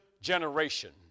generation